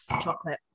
chocolate